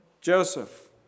Joseph